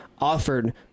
offered